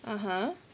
(uh huh)